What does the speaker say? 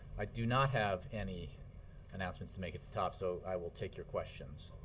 i do not have any announcements to make at the top, so i will take your questions.